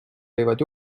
võivad